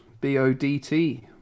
B-O-D-T